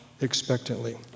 expectantly